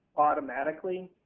automatically,